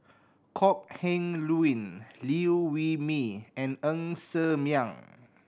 Kok Heng Leun Liew Wee Mee and Ng Ser Miang